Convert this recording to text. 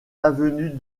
l’avenue